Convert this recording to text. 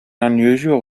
unusual